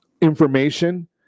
information